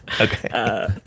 Okay